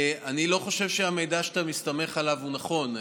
אני לא חושב שהמידע שאתה מסתמך עליו הוא נכון.